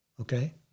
Okay